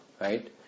right